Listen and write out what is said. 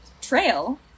trail